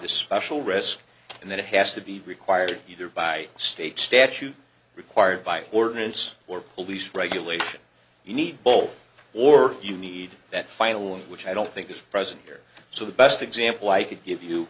the special risk and then it has to be required either by state statute required by ordinance or police regulation you need ball or you need that final one which i don't think is present here so the best example i could give you